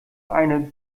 eine